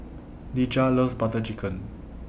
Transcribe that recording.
Dejah loves Butter Chicken